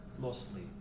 Mostly